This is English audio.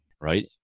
Right